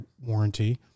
warranty